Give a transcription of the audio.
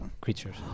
creatures